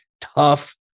tough